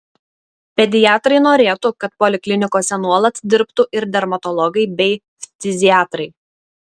pediatrai norėtų kad poliklinikose nuolat dirbtų ir dermatologai bei ftiziatrai